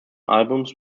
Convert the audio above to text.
albums